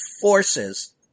forces